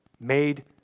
made